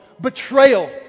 Betrayal